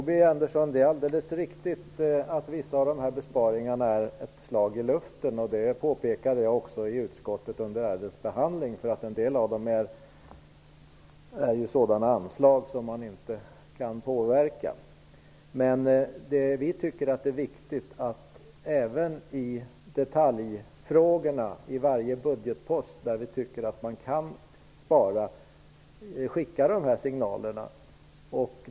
Herr talman! Det är alldeles riktigt att vissa av dessa besparingar är ett slag i luften. Det påpekade jag också i utskottet under ärendets behandling. En del avser sådana anslag som man inte kan påverka. Vi tycker att det är viktigt att även i detaljfrågorna skicka dessa signaler för varje budgetpost där vi tycker att man kan spara.